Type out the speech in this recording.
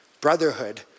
brotherhood